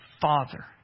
father